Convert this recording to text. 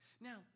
Now